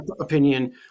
opinion